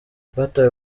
batawe